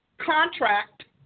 Contract